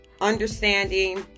understanding